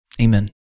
Amen